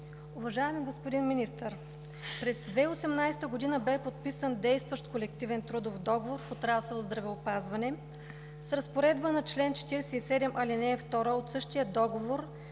Уважаеми господин Министър, през 2018 г. бе подписан действащ колективен трудов договор в отрасъл „Здравеопазване“. С разпоредба на чл. 47, ал. 2 от същия договор бе